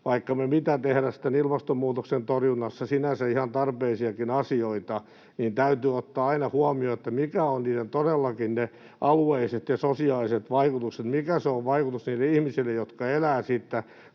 vaikka mitä ilmastonmuutoksen torjunnassa, sinänsä ihan tarpeellisiakin asioita, niin täytyy ottaa aina huomioon, mitkä todellakin ovat niiden alueelliset ja sosiaaliset vaikutukset, mikä on se vaikutus niille ihmisille, jotka elävät siitä